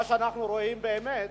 מה שאנחנו רואים באמת,